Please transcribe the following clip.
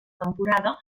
temporada